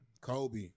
Kobe